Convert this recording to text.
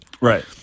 Right